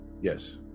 Yes